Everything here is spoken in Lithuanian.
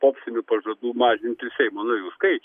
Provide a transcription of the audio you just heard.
popsinių pažadų mažinti seimo narių kai